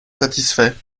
satisfait